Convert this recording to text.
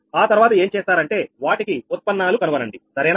ఆ తర్వాత ఏం చేస్తారంటే వాటికి ఉత్పన్నాలు కనుగొనండి సరేనా